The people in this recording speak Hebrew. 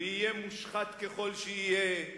ויהיה מושחת ככל שיהיה,